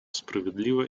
справедливо